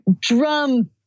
drum